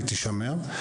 היא תישמר,